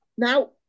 Now